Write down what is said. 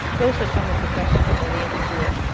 those are some of the questions i'm really interested in.